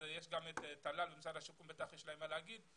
נמצאת גם טלל ואנשי משרד השיכון שבטח יש להם מה לומר.